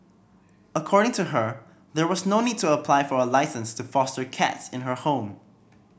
according to her there was no need to apply for a licence to foster cats in her home